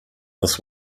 this